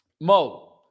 Mo